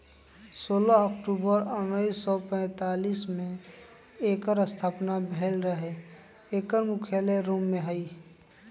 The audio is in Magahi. सोलह अक्टूबर उनइस सौ पैतालीस में एकर स्थापना भेल रहै एकर मुख्यालय रोम में हइ